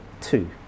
two